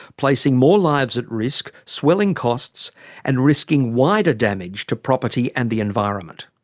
placing more lives at risk, swelling costs and risking wider damage to property and the environment.